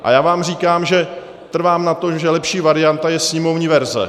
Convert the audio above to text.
A já vám říkám, že trvám na tom, že lepší varianta je sněmovní verze.